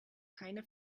keine